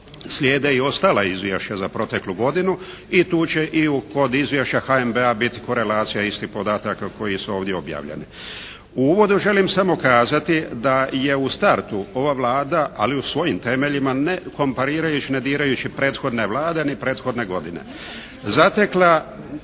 slijede i ostala izvješća za proteklu godinu i tu će kod izvješća HNB-a biti korelacija istih podataka koji su ovdje objavljeni. U uvodu želim samo kazati da je u startu ova Vlada ali u svojim temeljima ne komparirajući, ne dirajući prethodne Vlade ni prethodne godine.